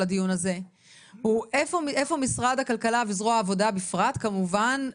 של הדיון הזה היא איפה משרד הכלכלה וזרוע העבודה בפרט כמובן,